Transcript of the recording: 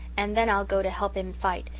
and then i'll go to help him fight,